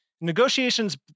Negotiations